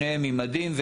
שניהם עם מדים.